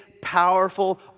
powerful